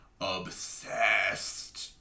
obsessed